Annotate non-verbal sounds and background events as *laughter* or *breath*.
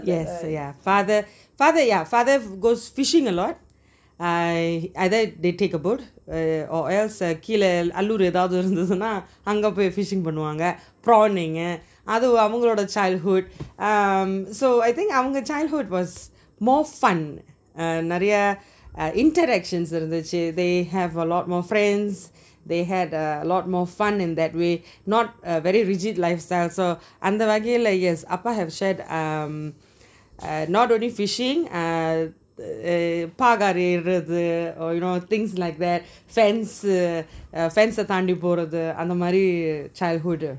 yes yeah father *breath* father yeah father goes fishing a lot *breath* uh either they take a boat err or else கீழ ஆளுரு ஏகாதசி இருந்துச்சுன்னா அங்க பொய்:keela aaluru eathachi irunthuchina anga poi fishing பண்ணுவாங்க:panuvanga prawning அது அவங்களோட:athu avangaloda childhood um so I think அவங்க:avanga childhood was more fun நெறய:neraya interactions இருந்துச்சி:irunthuchi they have a lot more friends they had uh lot more fun in that way not uh very rigid lifestyles so அந்த வகையில:antha vagaiyila yes அப்பா:appa have shared um uh not only fishing uh err விடுறது:idurathu you know things like that fence eh fence eh தாண்டி போறது அந்த மாறி:thandi porathu antha maari childhood